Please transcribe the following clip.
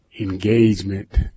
engagement